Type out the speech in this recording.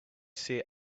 see